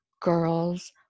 girls